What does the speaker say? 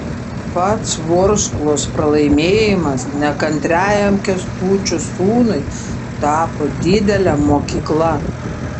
pats vorsklos pralaimėjimas nekantriajam kęstučio sūnui tapo didele mokykla